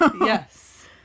Yes